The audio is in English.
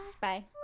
Bye